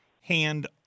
hand